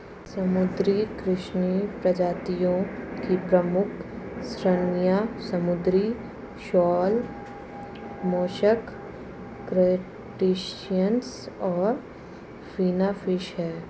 समुद्री कृषि प्रजातियों की प्रमुख श्रेणियां समुद्री शैवाल, मोलस्क, क्रस्टेशियंस और फिनफिश हैं